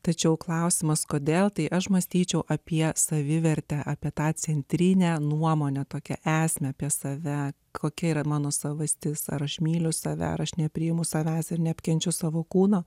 tačiau klausimas kodėl tai aš mąstyčiau apie savivertę apie tą centrinę nuomone tokie esame apie save kokia yra mano savastis ar aš myliu save ar aš nepriimu savęs ar neapkenčiau savo kūno